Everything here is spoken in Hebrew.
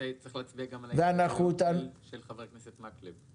צריך להצביע גם על ההסתייגויות של חבר הכנסת מקלב.